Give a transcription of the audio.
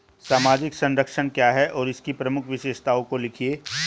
सामाजिक संरक्षण क्या है और इसकी प्रमुख विशेषताओं को लिखिए?